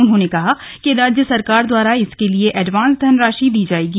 उन्होंने कहा कि राज्य सरकार द्वारा इसके लिए एडवांस धनराशि दी जायेगी